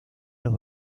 los